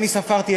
אני ספרתי,